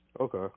Okay